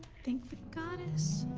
thank the goddess.